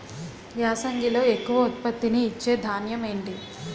యాసంగిలో ఎక్కువ ఉత్పత్తిని ఇచే ధాన్యం ఏంటి?